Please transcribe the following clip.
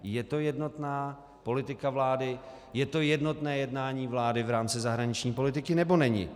Je to jednotná politika vlády, je to jednotné jednání vlády v rámci zahraniční politiky, nebo není?